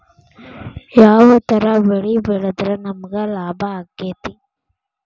ಯಾವ ತರ ಬೆಳಿ ಬೆಳೆದ್ರ ನಮ್ಗ ಲಾಭ ಆಕ್ಕೆತಿ?